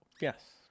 Yes